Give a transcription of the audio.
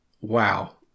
Wow